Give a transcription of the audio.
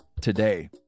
today